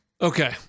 Okay